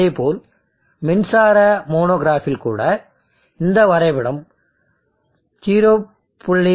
அதேபோல் மின்சார மோனோகிராஃபில் கூட இந்த வரைபடம் 0